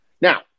Now